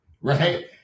Right